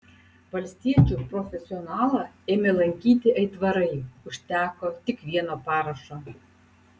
valstiečių profesionalą ėmė lankyti aitvarai užteko tik vieno parašo